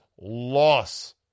loss